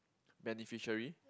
beneficiary